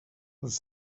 les